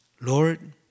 Lord